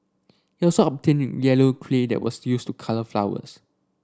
he also obtained yellow clay that was used to colour flowers